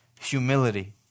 humility